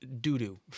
doo-doo